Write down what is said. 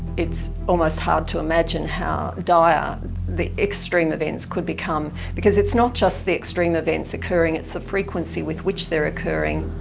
it's almost hard to imagine how dire the extreme events could become, because it's not just the extreme events occurring it's the frequency with which they're occurring.